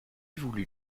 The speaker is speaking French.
voulu